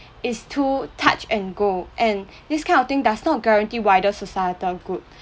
is too touch and go and this kind of thing does not guarantee wider societal good